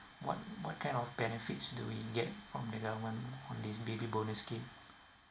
what what kind of benefits do we get from the government on this baby bonus scheme